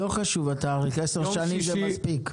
לא חשוב התאריך, עשר שנים זה מספיק.